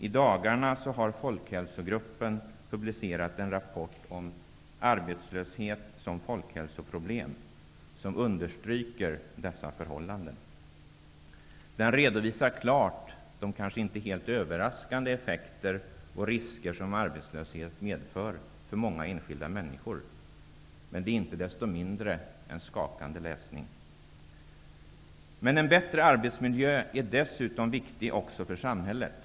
I dagarna har Folkhälsogruppen publicerat en rapport om arbetslöshet som folkhälsoproblem där dessa förhållanden understryks. I rapporten redovisas klart de kanske inte helt överraskande effekter och risker som arbetslöshet medför för många enskilda människor, men det är inte desto mindre en skakande läsning. En bättre arbetsmiljö är viktig också för samhället.